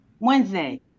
wednesday